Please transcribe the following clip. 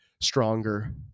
stronger